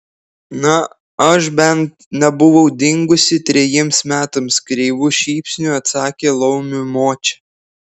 na aš bent nebuvau dingusi trejiems metams kreivu šypsniu atsakė laumių močia